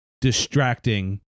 distracting